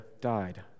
died